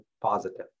positive